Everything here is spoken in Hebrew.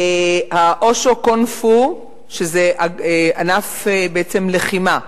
אושו, קונג-פו, שזה ענף לחימה: